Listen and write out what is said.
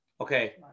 okay